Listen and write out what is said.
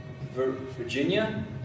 Virginia